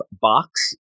Box